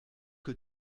que